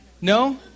No